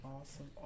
awesome